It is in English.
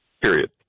period